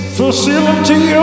facility